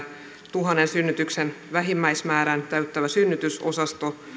tuhannen synnytyksen vähimmäismäärän täyttävä synnytysosasto